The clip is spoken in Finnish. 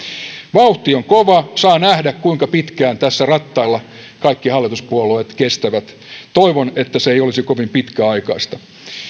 vauhti on kova saa nähdä kuinka pitkään tässä rattailla kaikki hallituspuolueet kestävät toivon että se ei olisi kovin pitkäaikaista